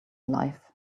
life